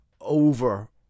over